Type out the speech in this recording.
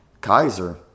Kaiser